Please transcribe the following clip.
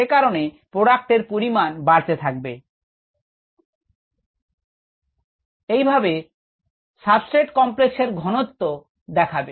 সেই কারণে প্রোডাক্টের পরিমাণ বাড়তে থাকবে এইভাবে স্বাস্থ্য কমপ্লেক্স এর ঘনত্ব এইভাবে দেখাবে